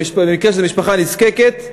במקרה של משפחה נזקקת,